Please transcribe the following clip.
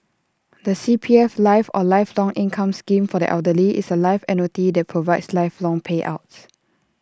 the C P F life or lifelong income scheme for the elderly is A life annuity that provides lifelong payouts